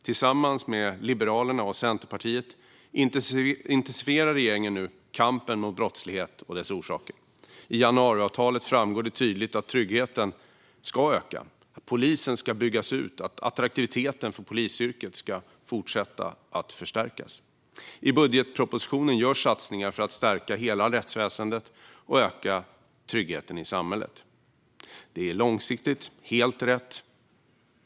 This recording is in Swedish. Tillsammans med Liberalerna och Centerpartiet intensifierar regeringen nu kampen mot brottsligheten och dess orsaker. I januariavtalet framgår tydligt att tryggheten ska öka, polisen ska byggas ut och attraktiviteten för polisyrket ska fortsätta att förstärkas. I budgetpropositionen görs satsningar för att stärka hela rättsväsendet och öka tryggheten i samhället. Detta är långsiktigt helt rätt.